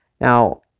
Now